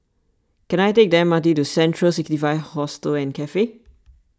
can I take the M R T to Central sixty five Hostel and Cafe